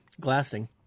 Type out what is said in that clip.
glassing